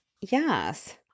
Yes